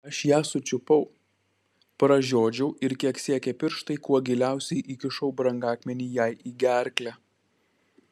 aš ją sučiupau pražiodžiau ir kiek siekė pirštai kuo giliausiai įkišau brangakmenį jai į gerklę